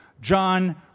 John